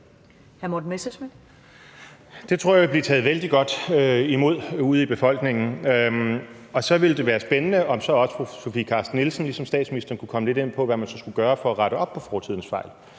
Det tror jeg vil blive taget vældig godt imod ude i befolkningen. Og så ville det være spændende, om så også fru Sofie Carsten Nielsen ligesom statsministeren kunne komme lidt ind på, hvad man så skulle gøre for at rette op på fortidens fejl.